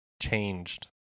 changed